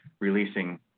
releasing